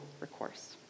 recourse